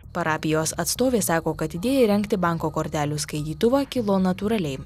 parapijos atstovė sako kad idėja įrengti banko kortelių skaitytuvą kilo natūraliai